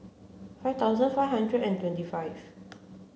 five thousand five hundred and twenty five